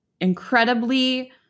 incredibly